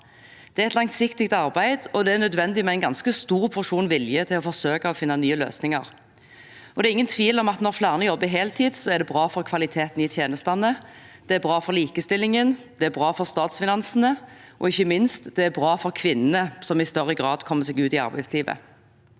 Det er et langsiktig arbeid, og det er nødvendig med en ganske stor porsjon vilje til å forsøke å finne nye løsninger. Det er ingen tvil om at når flere jobber heltid, er det bra for kvaliteten i tjenestene, likestillingen og statsfinansene, og ikke minst er det bra for kvinnene, som i større grad kommer seg ut i arbeidslivet.